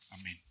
Amen